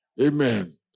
Amen